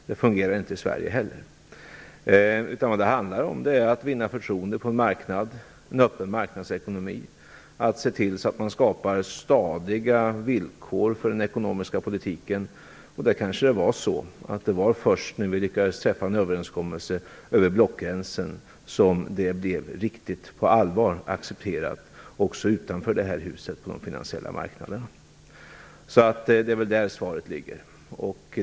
Det fungerar inte i Sverige heller. Det handlar om att vinna förtroende på en marknad, att ha en öppen marknadsekonomi och att se till att man skapar stadiga villkor för den ekonomiska politiken. Det kanske var så att det var först när vi lyckades träffa en överenskommelse över blockgränsen som det blev accepterat riktigt på allvar också utanför det här huset på de finansiella marknaderna. Det är väl där svaret ligger.